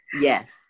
Yes